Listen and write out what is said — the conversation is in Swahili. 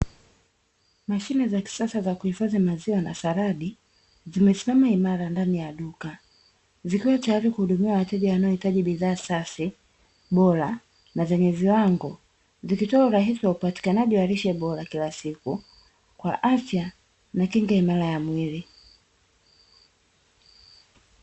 Mashine za kisasa za kuhifadhi maziwa na saladi, zimesimama imara ndani ya duka zikiwa tayari kuhudumia wateja wanaohitaji bidhaa safi, bora, na zenye viwango, zikitoa urahisi wa upatikanaji wa lishe bora kila siku, kwa afya na kinga imara ya mwili.